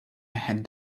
had